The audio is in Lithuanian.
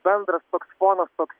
bendras toks fonas toks